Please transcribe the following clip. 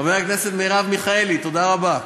חברת הכנסת מרב מיכאלי, תודה רבה,